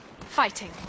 Fighting